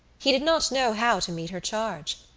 he did not know how to meet her charge.